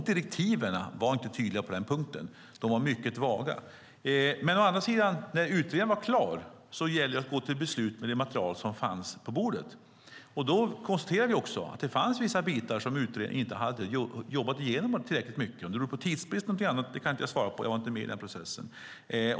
Direktiven var inte tydliga på denna punkt; de var mycket vaga. När utredningen var klar gällde det dock att gå till beslut med det material som fanns på bordet. Vi konstaterade att det fanns vissa bitar som utredningen inte hade jobbat igenom tillräckligt mycket. Om det berodde på tidsbrist eller något annat kan jag inte svara på, för jag var inte med i den processen.